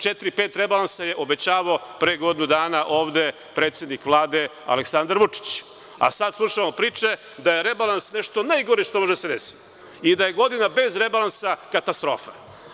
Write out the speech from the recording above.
Četiri, pet rebalansa je obećavao pre godinu dana ovde predsednik Vlade Aleksandar Vučić, a sada slušamo priče da je rebalans nešto najgore što može da se desi i da godina bez rebalansa je katastrofa.